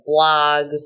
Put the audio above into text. blogs